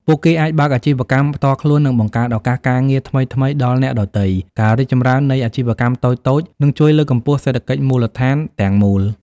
ពួកគេអាចបើកអាជីវកម្មផ្ទាល់ខ្លួន និងបង្កើតឱកាសការងារថ្មីៗដល់អ្នកដទៃ ការរីកចម្រើននៃអាជីវកម្មតូចៗ នឹងជួយលើកកម្ពស់សេដ្ឋកិច្ចមូលដ្ឋានទាំងមូល។